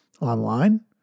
online